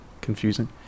confusing